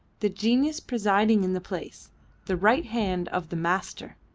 the genius presiding in the place the right hand of the master.